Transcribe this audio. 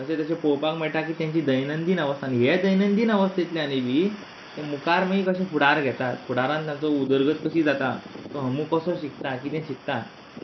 तशें तशें पोवपाक मेळटा की दैनंदीन अवस्था आनी हे दैनंदीन अवस्थेंतल्यानूय बीन ते मुखार मागीर कशें फुडार घेतात फुडारांत तांचो उदरगत कशी जाता तो ह मो कसो शिकता कितें शिकता